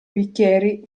bicchieri